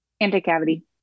Anti-cavity